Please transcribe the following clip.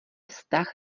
vztah